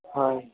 হয়